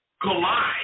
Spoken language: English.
collide